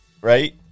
right